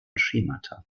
schemata